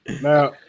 Now